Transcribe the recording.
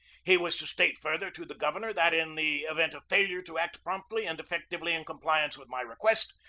he was to state further to the governor that, in the event of failure to act promptly and effectively in compliance with my request,